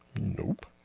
Nope